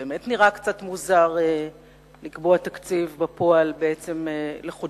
באמת נראה קצת מוזר לקבוע תקציב בפועל בעצם לחודשיים,